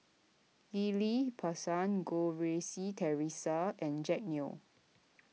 Ghillie Basan Goh Rui Si theresa and Jack Neo